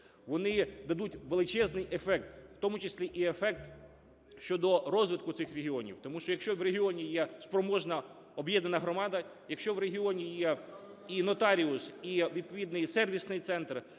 вони дадуть величезний ефект, в тому числі і ефект щодо розвитку цих регіонів. Тому що, якщо в регіоні є спроможна об'єднана громада, якщо в регіоні є і нотаріус, і відповідний сервісний центр,